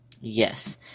Yes